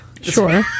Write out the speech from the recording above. Sure